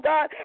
God